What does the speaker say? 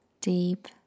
deep